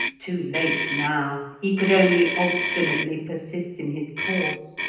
too late now, he could only obstinately persist in his course.